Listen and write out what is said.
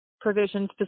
provisions